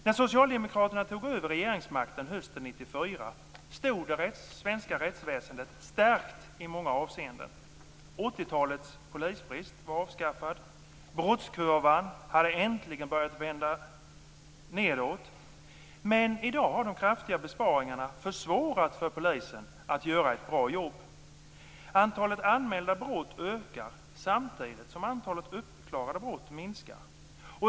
När socialdemokraterna tog över regeringsmakten hösten 1994 stod det svenska rättsväsendet stärkt i många avseenden. 80-talets polisbrist var avskaffad. Brottskurvan hade äntligen börjat vända nedåt. I dag har de kraftiga besparingarna försvårat för polisen att göra ett bra jobb. Antalet anmälda brott ökar samtidigt som antalet uppklarade brott minskar.